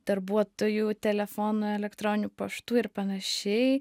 darbuotojų telefonų elektroninių paštų ir panašiai